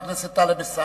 חבר הכנסת אלדד, בבקשה.